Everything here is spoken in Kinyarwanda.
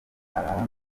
arambwira